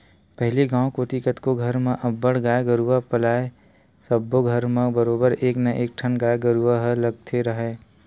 पहिली गांव कोती कतको घर म अब्बड़ गाय गरूवा पालय सब्बो घर म बरोबर एक ना एकठन गाय गरुवा ह लगते राहय